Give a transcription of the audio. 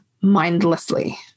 mindlessly